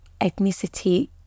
ethnicity